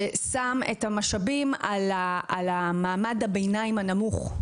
ששם את המשאבים על מעמד הביניים הנמוך,